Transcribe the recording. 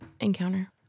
encounter